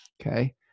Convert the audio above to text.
okay